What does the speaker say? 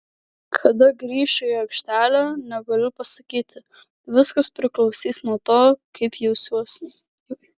kada grįšiu į aikštelę negaliu pasakyti viskas priklausys nuo to kaip jausiuosi